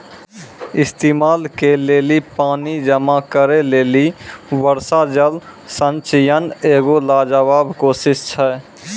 इस्तेमाल के लेली पानी जमा करै लेली वर्षा जल संचयन एगो लाजबाब कोशिश छै